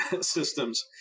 systems